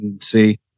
see